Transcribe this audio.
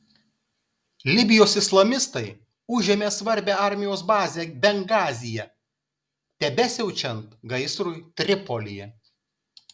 libijos islamistai užėmė svarbią armijos bazę bengazyje tebesiaučiant gaisrui tripolyje